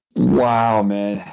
wow, man.